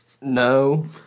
No